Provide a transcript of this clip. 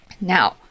Now